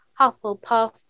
Hufflepuff